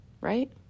Right